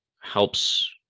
helps